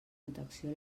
protecció